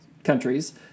countries